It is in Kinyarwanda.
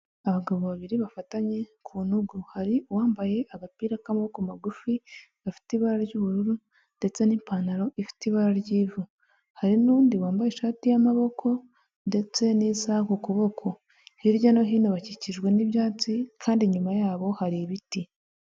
Abagabo babiri bafatanye ku ntugu hari uwambaye agapira k'amaboko magufi gafite ibara ry'ubururu, ndetse n'ipantaro ifite ibara ry'ivu. Hari n'undi wambaye ishati y'amaboko ndetse n'isa ku kuboko hirya no hino bakikijwe n'ibyatsi kandi inyuma yabo hari ibiti.